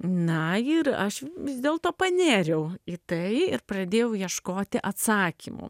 na ir aš vis dėlto panėriau į tai ir pradėjau ieškoti atsakymų